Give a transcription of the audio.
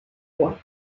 roi